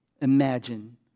imagine